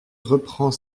reprend